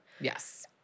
Yes